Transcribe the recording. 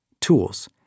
tools